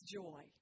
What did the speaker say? joy